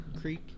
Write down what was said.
Creek